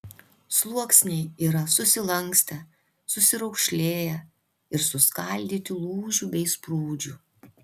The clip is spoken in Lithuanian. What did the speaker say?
sluoksniai yra susilankstę susiraukšlėję ir suskaldyti lūžių bei sprūdžių